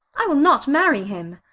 i will not marry him.